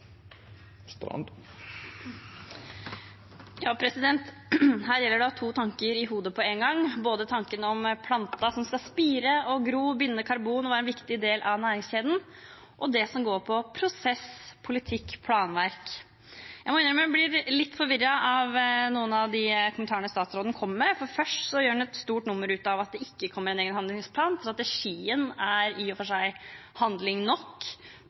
Her gjelder det å ha to tanker i hodet på én gang: både tanken på planten som skal spire og gro, binde karbon og være en viktig del av næringskjeden, og tanken på det som går på prosess, politikk og planverk. Jeg må innrømme at jeg blir litt forvirret av noen av kommentarene statsråden kommer med. Først gjør han et stort nummer av at det ikke kommer en egen handlingsplan – strategien er i og for seg handling nok.